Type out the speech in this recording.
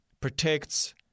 protects